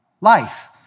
life